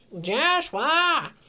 Joshua